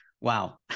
wow